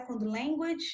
language